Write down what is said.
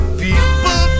people